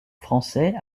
français